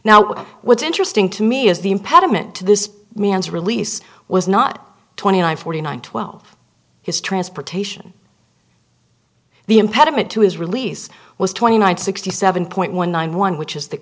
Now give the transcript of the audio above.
now what's interesting to me is the impediment to this man's release was not twenty nine forty nine twelve his transportation the impediment to his release was twenty nine sixty seven point one nine one which is the